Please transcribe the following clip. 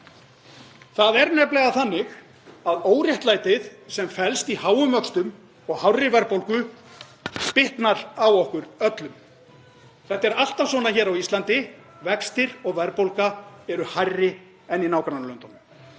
Það er nefnilega þannig að óréttlætið sem felst í háum vöxtum og hárri verðbólgu bitnar á okkur öllum. Þetta er alltaf svona hér á Íslandi; vextir og verðbólga er hærri en í nágrannalöndunum.